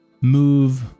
move